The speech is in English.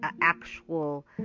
actual